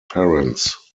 parents